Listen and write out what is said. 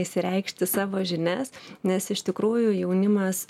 išsireikšti savo žinias nes iš tikrųjų jaunimas